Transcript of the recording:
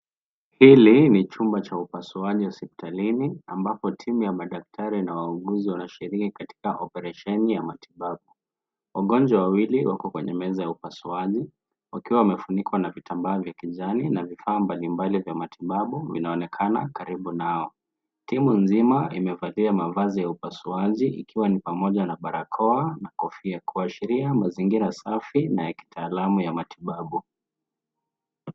Hili ni chumba cha upasuaji hospitalini ambapo timu ya madaktari na wauguzi wanashiriki katika oparesheni ya matibabu. Wagonjwa wawili wako kwenye meza ya upasuaji wakiwa wamefunikwa na vitambaa vya kijani na vifaa mbalimbali vya matibabu vinaonekana karibu nao. Timu nzima imevalia mavazi ya upasuaji ikiwa ni pamoja na barakoa na kofia kuashiria mazingira safi na ya kitaalamu ya matibabu.